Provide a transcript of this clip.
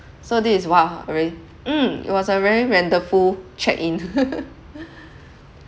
so this is !wah! very mm it was a very wonderful check in